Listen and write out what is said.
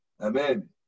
Amen